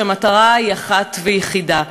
כשהמטרה היא אחת ויחידה,